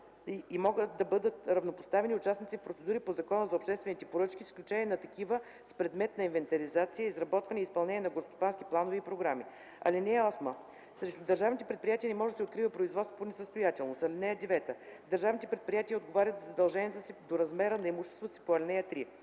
и могат да бъдат равнопоставени участници в процедури по Закона за обществените поръчки, с изключение на такива с предмет инвентаризация, изработване и изпълнение на горскостопански планове и програми. (8) Срещу държавните предприятия не може да се открива производство по несъстоятелност. (9) Държавните предприятия отговарят за задълженията си до размера на имуществото си по ал. 3.